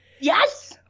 yes